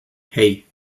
hei